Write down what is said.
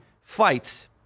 fights